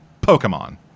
Pokemon